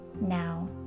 now